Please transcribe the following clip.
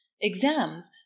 Exams